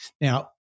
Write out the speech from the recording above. Now